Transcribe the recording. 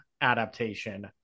adaptation